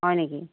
হয় নেকি